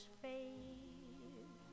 fade